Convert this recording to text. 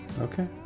Okay